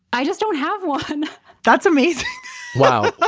i just don't have one that's amazing wow.